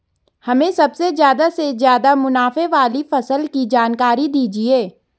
हमें सबसे ज़्यादा से ज़्यादा मुनाफे वाली फसल की जानकारी दीजिए